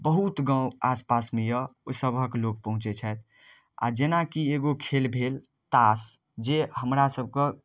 बहुत गाँव आसपासमे यऽ ओहि सभके लोक पहुँचै छथि आ जेनाकि एगो खेल भेल ताश जे हमरा सबके